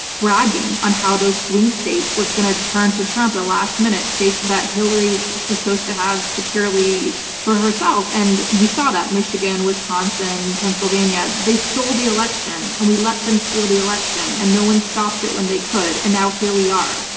bragging on how those swing states were going to turn to trump at the last minute, states that hilary was supposed to have securely for herself, and we saw that, michigan, wisconsin, pennsylvania. they stole the election, and we let them steal the election, and no one stopped it when they could, and now, here we are.